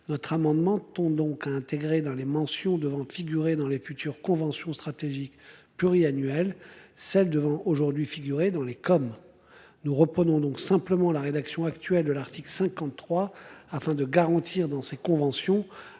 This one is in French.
Votre amendement ton donc intégré dans les mentions devant figurer dans la future convention stratégique pluriannuel celle devant aujourd'hui figurer dans les comme. Nous reprenons donc simplement la rédaction actuelle de l'article 53 afin de garantir dans ces conventions